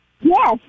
Yes